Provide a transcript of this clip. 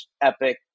epic